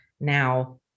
now